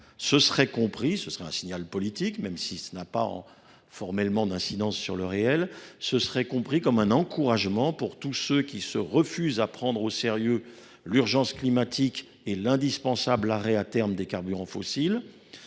serait comprise comme un signal politique, en ce qu’elle n’aurait pas formellement d’incidence sur la réalité de la mesure, et comme un encouragement pour tous ceux qui se refusent à prendre au sérieux l’urgence climatique et l’indispensable arrêt, à terme, des carburants fossiles.